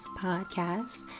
podcast